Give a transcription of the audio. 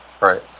right